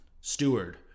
Steward